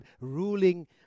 ruling